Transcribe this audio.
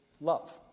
love